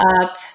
up